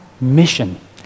mission